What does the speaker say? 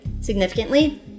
significantly